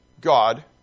God